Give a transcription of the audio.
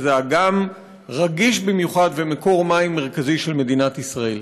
שהיא אגם רגיש במיוחד ומקור מים מרכזי של מדינת ישראל.